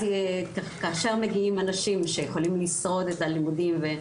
כאשר מגיעים אנשים שיכולים לשרוד את הלימודים ואת